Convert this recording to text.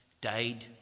died